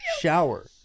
shower